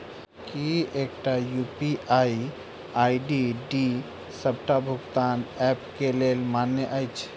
की एकटा UPI ID D सबटा भुगतान ऐप केँ लेल मान्य अछि?